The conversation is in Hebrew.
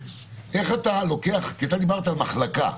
איך אתה לוקח כי אתה דיברת על מחלקה.